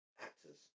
actors